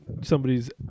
somebody's